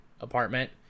apartment